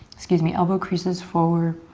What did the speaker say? excuse me, elbow creases forward.